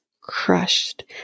crushed